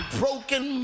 broken